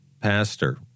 pastor